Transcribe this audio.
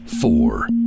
four